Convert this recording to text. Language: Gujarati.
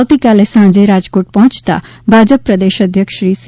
આવતીકાલે સાંજે રાજકોટ પહોંચતા ભાજપ પ્રદેશ અધ્યક્ષ શ્રી સી